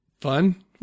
fun